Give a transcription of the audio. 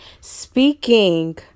Speaking